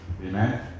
Amen